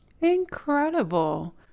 Incredible